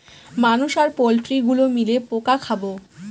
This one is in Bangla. মানুষ আর পোল্ট্রি গুলো মিলে পোকা খাবো